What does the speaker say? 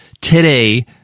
today